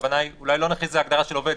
אולי לא נכניס את זה להגדרה של עובד,